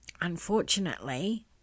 unfortunately